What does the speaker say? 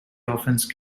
offense